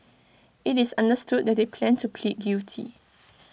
IT is understood that they plan to plead guilty